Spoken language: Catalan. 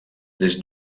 des